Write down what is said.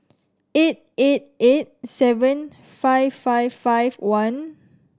eight eight eight seven five five five one